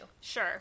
Sure